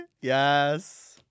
Yes